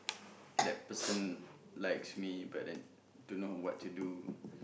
that person likes me but then don't know what to do